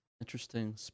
interesting